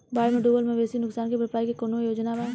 बाढ़ में डुबल मवेशी नुकसान के भरपाई के कौनो योजना वा?